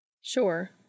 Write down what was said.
Sure